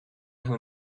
who